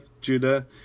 Judah